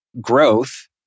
Growth